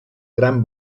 gran